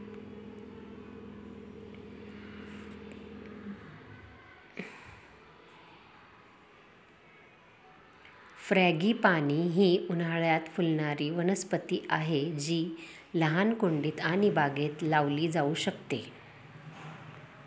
frangipani ही उन्हाळयात फुलणारी वनस्पती आहे जी लहान कुंडीत आणि बागेत लावली जाऊ शकते